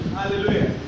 Hallelujah